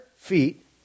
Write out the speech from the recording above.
feet